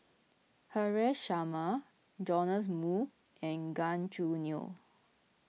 Haresh Sharma Joash Moo and Gan Choo Neo